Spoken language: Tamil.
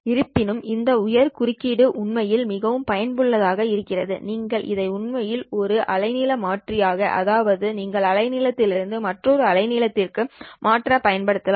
இருப்பினும் இந்த உயர் குறுக்கிடு உண்மையில் மிகவும் பயனுள்ளதாக இருக்கிறது நீங்கள் இதை உண்மையில் ஒரு அலைநீள மாற்றியாக அதாவது ஒரு அலைநீளதிலிருந்து மற்றொரு அலைநீளத்திற்கு மாற்ற பயன்படுத்தலாம்